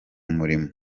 murimo